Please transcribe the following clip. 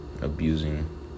abusing